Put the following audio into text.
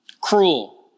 cruel